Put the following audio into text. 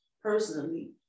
personally